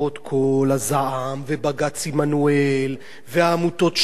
עמנואל והעמותות שקמו והדיונים פה בכנסת,